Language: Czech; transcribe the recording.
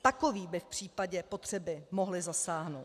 Takoví by v případě potřeby mohli zasáhnout.